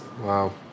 Wow